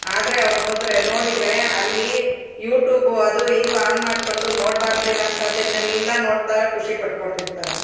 ಆದರೆ ಅವನು ಹೋದ್ರೆ ನೋಡಿದ್ರೆ ಅಲ್ಲಿ ಯೂಟ್ಯೂಬು ಅದು ಇದು ಒನ್ ಮಾಡ್ಕೊಂಡು ನೋಡ್ಬಾರ್ದೆ ಇರೋವಂತದ್ದನ್ನೆಲ್ಲ ನೋಡ್ತಾ ಖುಷಿ ಪಡ್ಕೊಂಡು ಇರ್ತಾರೆ